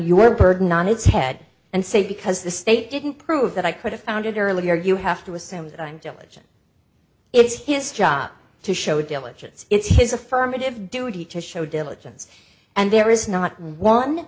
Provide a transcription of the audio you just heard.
your burden on its head and say because the state didn't prove that i could have found it earlier you have to assume that i'm diligent it's his job to show diligence it's his affirmative duty to show diligence and there is not one